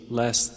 less